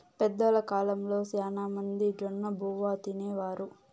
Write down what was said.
పెద్దల కాలంలో శ్యానా మంది జొన్నబువ్వ తినేవారు